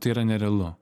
tai yra nerealu